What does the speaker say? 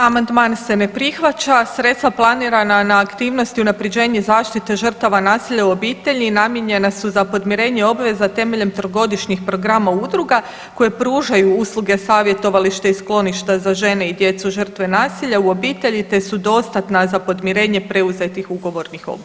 Amandman se ne prihvaća, a sredstva planirana na aktivnosti unapređenje zaštite žrtava nasilja u obitelji namijenjena su za podmirenje obaveza temeljem trogodišnjih programa udruga koje pružaju usluge savjetovališta i skloništa za žene i djecu žrtve nasilja u obitelji te su dostatna za podmirenje preuzetih ugovornih